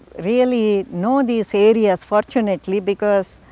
really know these areas, fortunately, because,